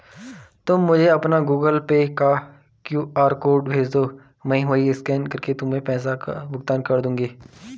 तुम मुझे अपना गूगल पे का क्यू.आर कोड भेजदो, मैं वहीं स्कैन करके तुमको पैसों का भुगतान कर दूंगी